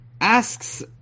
asks